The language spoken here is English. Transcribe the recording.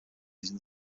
using